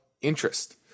interest